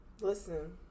Listen